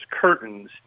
curtains